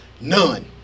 None